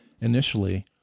initially